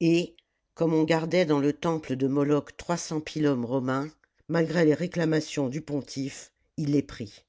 et comme on gardait dans le temple de moloch trois cents pilums romains malgré les réclamations du pontife il les prit